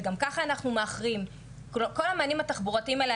וגם כך אנחנו מאחרים בכל המענים התחבורתיים האלה.